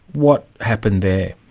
what happened there?